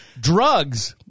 Drugs